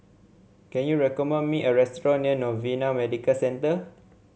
can you recommend me a restaurant near Novena Medical Centre